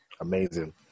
Amazing